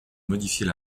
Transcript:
modifier